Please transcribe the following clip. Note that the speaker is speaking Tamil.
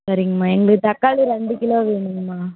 சரிங்கமா எங்களுக்கு தக்காளி ரெண்டு கிலோ வேணுங்கம்மா